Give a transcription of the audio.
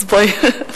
אז בואי.